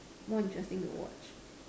more interesting to watch